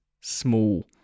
small